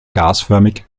gasförmig